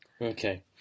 Okay